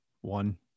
One